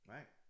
Right